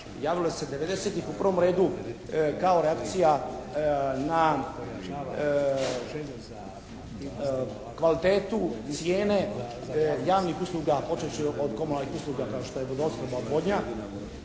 devedesetih u prvom redu kao reakcija na kvalitetu cijene javnih usluga počevši od komunalnih usluga kao što je vodoopskrba, odvodnja.